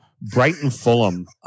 Brighton-Fulham